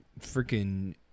Freaking